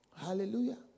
Hallelujah